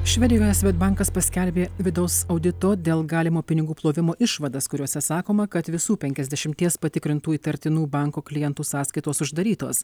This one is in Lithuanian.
švedijoje svedbankas paskelbė vidaus audito dėl galimo pinigų plovimo išvadas kuriose sakoma kad visų penkiasdešimties patikrintų įtartinų banko klientų sąskaitos uždarytos